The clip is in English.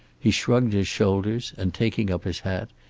he shrugged his shoulders, and, taking up his hat,